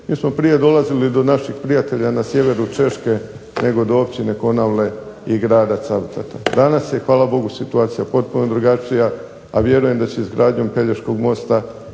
mi smo prije dolazili do naših prijatelja na sjeveru Češke nego do općine Konavle i grada Cavtata. Danas je hvala Bogu situacija potpuno drugačija, a vjerujem da će izgradnjom Pelješkog mosta